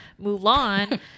Mulan